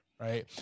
right